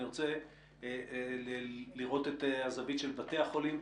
אני רוצה לראות את הזווית של בתי החולים.